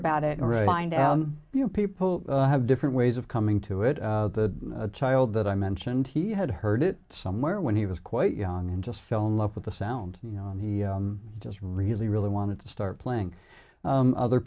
out you know people have different ways of coming to it the child that i mentioned he had heard it somewhere when he was quite young and just fell in love with the sound you know and he just really really wanted to start playing other